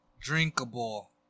Drinkable